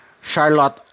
charlotte